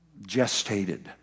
gestated